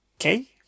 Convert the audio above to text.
Okay